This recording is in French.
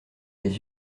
des